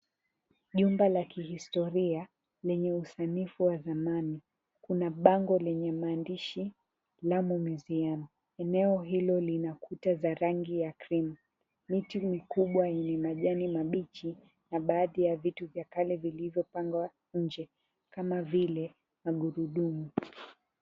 Jumba la kihistoria lenye usanifu wa dhamani, kuna bango lenye maandishi; Lamu museum. Eneo hilo lina kuta za rangi ya cream, miti mikubwa yenye majani mabichi na baadhi ya vitu vya kale vilivyopangwa nje, kama vile, magurudumu.